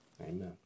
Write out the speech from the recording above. Amen